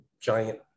giant